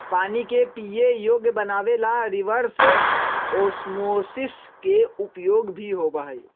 पानी के पीये योग्य बनावे ला रिवर्स ओस्मोसिस के उपयोग भी होबा हई